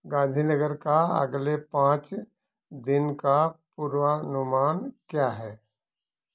गांधीनगर का अगले पाँच दिन का पूर्वानुमान क्या है